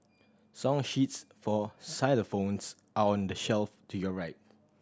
song sheets for xylophones are on the shelf to your right